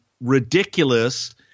ridiculous